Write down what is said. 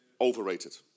Overrated